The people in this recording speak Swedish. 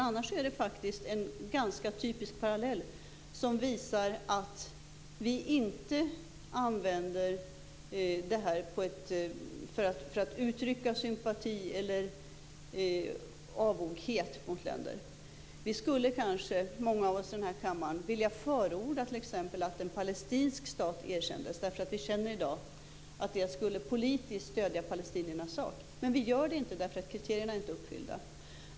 Annars är det faktiskt en ganska typisk parallell som visar att vi inte använder detta för att uttrycka sympati eller avoghet gentemot länder. Många av oss i denna kammare skulle kanske vilja förorda t.ex. erkännandet av en palestinsk stat därför att vi i dag känner att det politiskt skulle stödja palestiniernas sak. Vi gör det dock inte därför att kriterierna inte är uppfyllda.